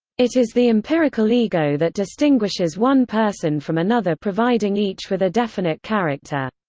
it is the empirical ego that distinguishes one person from another providing each with a definite character.